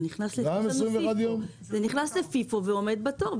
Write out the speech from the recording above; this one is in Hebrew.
זה נכנס ל-FIFO ועומד בתור,